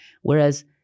Whereas